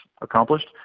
accomplished